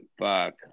Fuck